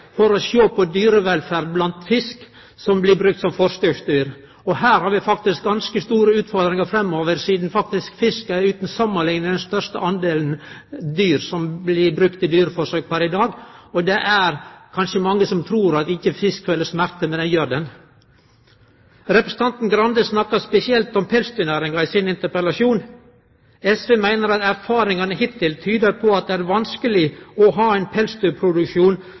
for å sjå på dyrevelferd blant fisk som blir brukte som forsøksdyr. Her har vi faktisk ganske store utfordringar framover, sidan fisk utan samanlikning er blant dei dyra som blir brukte mest i dyreforsøk pr. i dag. Det er kanskje mange som trur at fisk ikkje føler smerte, men det gjer dei. Representanten Skei Grande snakka spesielt om pelsdyrnæringa. SV meiner at erfaringane hittil tyder på at det er vanskeleg å ha ein pelsdyrproduksjon